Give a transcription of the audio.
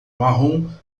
marrom